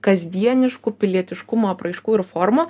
kasdieniškų pilietiškumo apraiškų ir formų